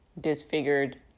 disfigured